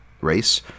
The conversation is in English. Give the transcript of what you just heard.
race